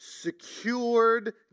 secured